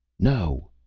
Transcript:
no,